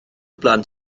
blant